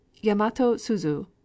yamato-suzu